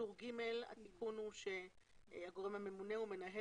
בטור ד' התיקון הוא שהגורם הממונה הוא מנהל